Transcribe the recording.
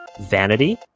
Vanity